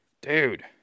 dude